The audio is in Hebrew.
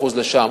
אחוז לשם.